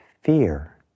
fear